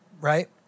Right